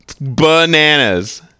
Bananas